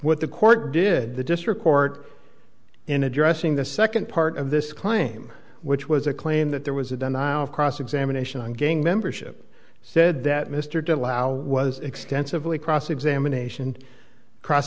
what the court did the district court in addressing the second part of this claim which was a claim that there was a denial of cross examination on gang membership said that mr de la was extensively cross examination cross